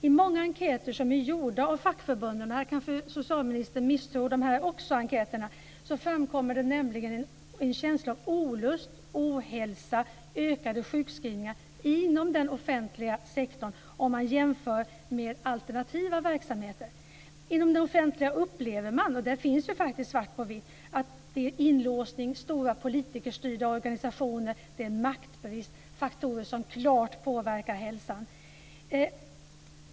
I många enkäter som fackförbunden har gjort - och socialministern misstror kanske dem också - framkommer det en känsla av olust, ohälsa och ökade sjukskrivningar inom den offentliga sektorn i jämförelse med alternativa verksamheter. Inom den offentliga sektorn upplever man - och det finns faktiskt svart på vitt om detta - att det finns inlåsningar, stora politikerstyrda organisationer och maktbrist. Det är faktorer som klart påverkar hälsan.